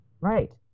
Right